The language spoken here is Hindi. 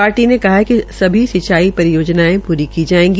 पार्टी ने कहा है कि सभी सिंचाई परियोजनाएं प्री की जायेगी